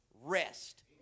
rest